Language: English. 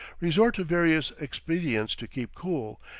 resort to various expedients to keep cool,